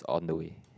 on the way